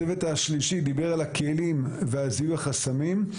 הצוות השלישי דיבר על הכלים ועל זיהוי החסמים,